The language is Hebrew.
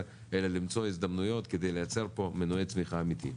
אלא למצוא הזדמנויות כדי לייצר פה מנועי צמיחה אמיתיים.